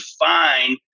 define